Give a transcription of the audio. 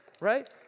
Right